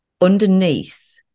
underneath